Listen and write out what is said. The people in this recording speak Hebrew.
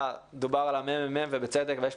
דובר על הממ"מ, ובצדק, ויש פה צוות